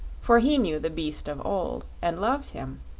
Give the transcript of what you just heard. for he knew the beast of old and loved him,